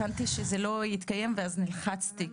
הבנתי שזה לא יתקיים ואז נלחצתי,